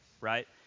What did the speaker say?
right